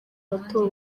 bato